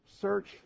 Search